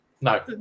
no